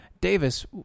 Davis